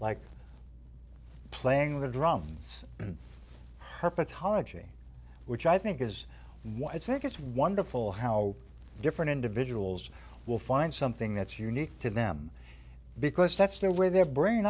like playing the drums herpetology which i think is why i think it's wonderful how different individuals will find something that's unique to them because that's the way their brain